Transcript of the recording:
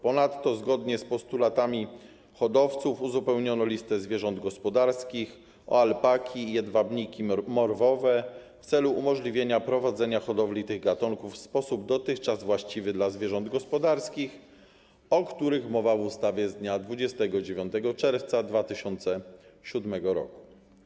Ponadto, zgodnie z postulatami hodowców, uzupełniono listę zwierząt gospodarskich o alpaki i jedwabniki morwowe w celu umożliwienia prowadzenia hodowli tych gatunków w sposób dotychczas właściwy dla zwierząt gospodarskich, o których mowa w ustawie z dnia 29 czerwca 2007 r.